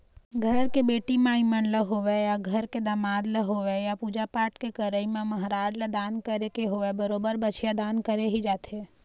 घर के बेटी माई मन ल होवय या घर के दमाद ल होवय या पूजा पाठ के करई म महराज ल दान करे के होवय बरोबर बछिया दान करे ही जाथे